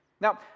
Now